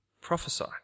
prophesy